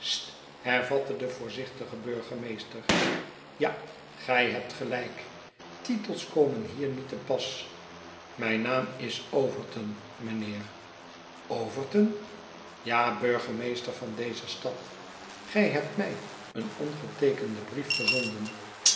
hervatte de voorzichtige burgemeester ja gij hebt gelijk titels komen hier niet te pas mijn naam is overton mijnheer overton ja burgemeester van deze stad gij hebt mij een ongeteekenden brief gezonden